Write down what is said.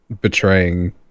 betraying